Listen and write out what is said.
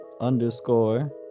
underscore